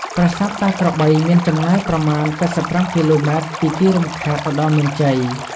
ប្រាសាទតាក្របី មានចម្ងាយប្រមាណ ៨៥គីឡូម៉ែត្រពីទីរួមខេត្តឧត្តរមានជ័យ។